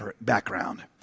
background